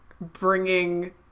bringing